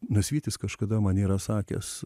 nasvytis kažkada man yra sakęs